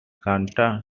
santa